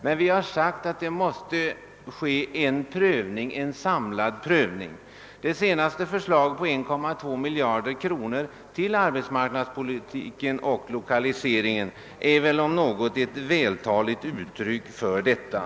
Det senaste förslaget gäller ett anslag på 1,2 miljarder kronor till arbetsmarknadsoch 1okaliseringspolitiken som vi nyligen har behandlat här i riksdagen. Det är väl om något ett vältaligt uttryck för vår viljeinriktning.